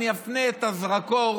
אני אפנה את הזרקור